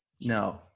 No